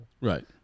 Right